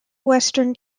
western